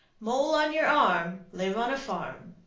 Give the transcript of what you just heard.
mole on your arm live on a farm.